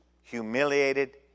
humiliated